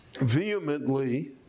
vehemently